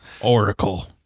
Oracle